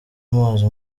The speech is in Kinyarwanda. amazi